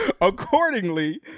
Accordingly